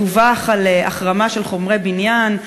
דווח על החרמה של חומרי בניין,